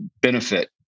benefit